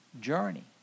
journey